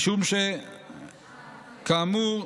כאמור,